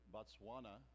Botswana